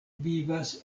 vivas